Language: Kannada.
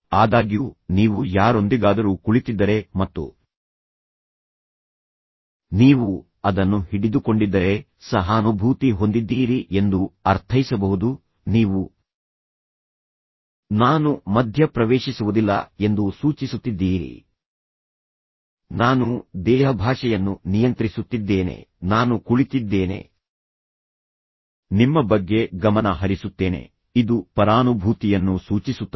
ಆದಾಗ್ಯೂ ನೀವು ಯಾರೊಂದಿಗಾದರೂ ಕುಳಿತಿದ್ದರೆ ಮತ್ತು ನೀವು ಅದನ್ನು ಹಿಡಿದುಕೊಂಡಿದ್ದರೆ ಸಹಾನುಭೂತಿ ಹೊಂದಿದ್ದೀರಿ ಎಂದು ಅರ್ಥೈಸಬಹುದು ನೀವು ನಾನು ಮಧ್ಯಪ್ರವೇಶಿಸುವುದಿಲ್ಲ ಎಂದು ಸೂಚಿಸುತ್ತಿದ್ದೀರಿ ನಾನು ದೇಹಭಾಷೆಯನ್ನು ನಿಯಂತ್ರಿಸುತ್ತಿದ್ದೇನೆ ನಾನು ಕುಳಿತಿದ್ದೇನೆ ನಿಮ್ಮ ಬಗ್ಗೆ ಗಮನ ಹರಿಸುತ್ತೇನೆ ಇದು ಪರಾನುಭೂತಿಯನ್ನು ಸೂಚಿಸುತ್ತದೆ